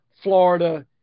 Florida